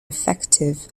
effective